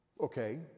Okay